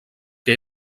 que